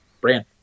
brand